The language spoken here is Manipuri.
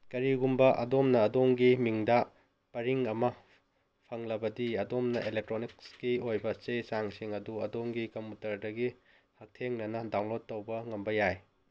ꯀꯔꯤꯒꯨꯝꯕ ꯑꯗꯣꯝꯅ ꯑꯗꯣꯝꯒꯤ ꯃꯤꯡꯗ ꯄꯔꯤꯡ ꯑꯃ ꯐꯪꯂꯕꯗꯤ ꯑꯗꯣꯝꯅ ꯑꯦꯂꯦꯛꯇ꯭ꯔꯣꯅꯤꯛꯁꯀꯤ ꯑꯣꯏꯕ ꯆꯦ ꯆꯥꯡꯁꯤꯡ ꯑꯗꯨ ꯑꯗꯣꯝꯒꯤ ꯀꯝꯄ꯭ꯌꯨꯇꯔꯗꯒꯤ ꯍꯛꯊꯦꯡꯅꯅ ꯗꯥꯎꯟꯂꯣꯠ ꯇꯧꯕ ꯉꯝꯕ ꯌꯥꯏ